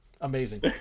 Amazing